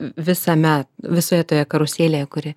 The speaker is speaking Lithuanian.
visame visoje toje karuselėje kuri